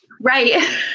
Right